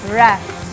rest